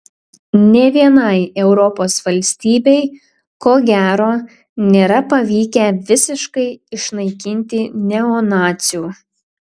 nė vienai europos valstybei ko gero nėra pavykę visiškai išnaikinti neonacių